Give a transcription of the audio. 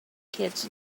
kids